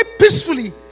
peacefully